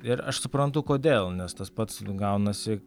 ir aš suprantu kodėl nes tas pats gaunasi